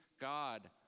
God